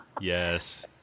Yes